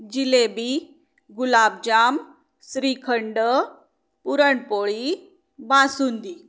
jalebi gulab jamun shrikhand puran poli basundi